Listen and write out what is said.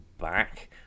back